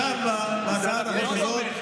עכשיו, בהצעת החוק הזאת,